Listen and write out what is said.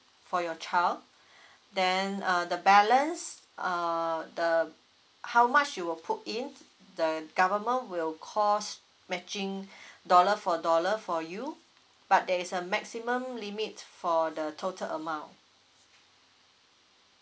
for your child then uh the balance err the how much you will put in the government will cost matching dollar for dollar for you but there is a maximum limit for the total amount